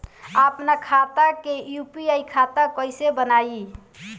आपन खाता के यू.पी.आई खाता कईसे बनाएम?